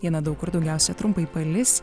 dieną daug kur daugiausia trumpai palis